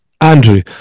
Andrew